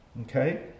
Okay